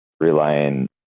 Relying